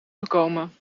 voorkomen